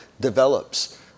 develops